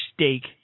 steak